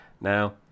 Now